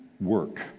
work